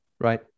Right